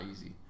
easy